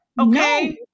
Okay